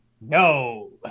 no